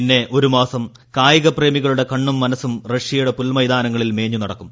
പിന്നെ ഒരുമാസം കായികപ്രേമികളുടെ കണ്ണും മനസും റഷ്യയുടെ പുൽമൈതാനങ്ങളിൽ മേഞ്ഞുനടക്കും